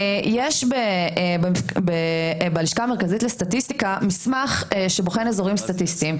יש בלשכה המרכזית לסטטיסטיקה מסמך שבוחן אזורים סטטיסטיים,